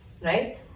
right